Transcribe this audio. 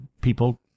people